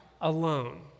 alone